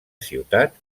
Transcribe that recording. ciutat